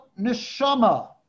neshama